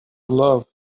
love